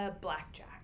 blackjack